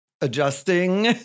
adjusting